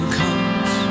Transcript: comes